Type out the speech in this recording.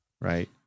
right